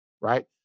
right